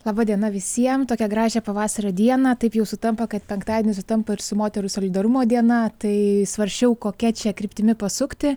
laba diena visiem tokią gražią pavasario dieną taip jau sutampa kad penktadienis sutampa ir su moterų solidarumo diena tai svarsčiau kokia čia kryptimi pasukti